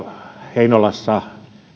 heinolassa